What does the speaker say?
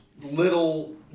little